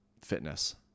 fitness